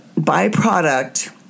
byproduct